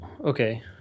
okay